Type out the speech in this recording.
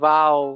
Wow